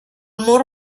mur